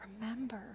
remember